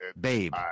Babe